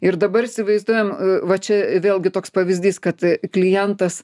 ir dabar įsivaizduojam va čia vėlgi toks pavyzdys kad klientas